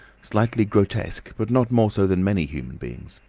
slightly grotesque but not more so than many human beings,